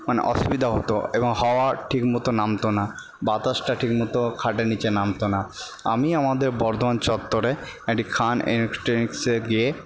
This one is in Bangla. মানে অসুবিধা হতো এবং হাওয়া ঠিক মতো নামতো না বাতাসটা ঠিক মতো খাটের নিচে নামতো না আমি আমাদের বর্ধমান চত্বরে একটি খান ইলেকট্রনিক্স গিয়ে